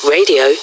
Radio